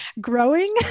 growing